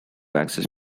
access